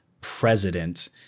president